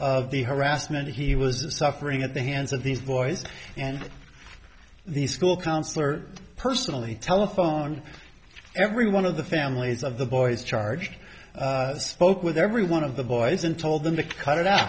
the harassment he was suffering at the hands of these boys and the school counsellor personally telephoned every one of the families of the boys charged spoke with every one of the boys and told them to cut it out